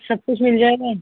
सब कुछ मिल जाएगा